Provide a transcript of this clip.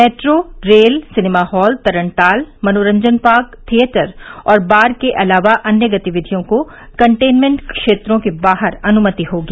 metro rail cinema hall तरणताल मनोरंजन park theatre और बार के अलावा अन्य गतिविधियों को कंटेनमेंट क्षेत्रों के बाहर अनुमति होगी